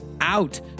out